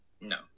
No